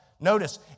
Notice